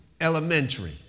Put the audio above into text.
elementary